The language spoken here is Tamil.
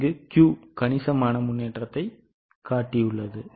இங்கு Q கனிசமான முன்னேற்றத்தைக் காட்டியுள்ளது